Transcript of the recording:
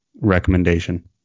recommendation